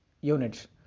units